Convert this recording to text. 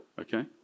Okay